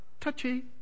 touchy